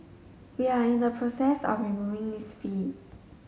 we are in the process of removing this fee